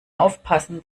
aufpassen